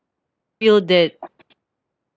feel that